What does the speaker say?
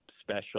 special